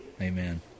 Amen